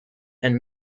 and